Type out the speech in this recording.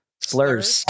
slurs